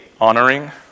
Honoring